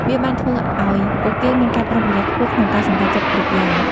វាបានធ្វើឱ្យពួកគេមានការប្រុងប្រយ័ត្នខ្ពស់ក្នុងការសម្រេចចិត្តគ្រប់យ៉ាង។